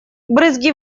брызги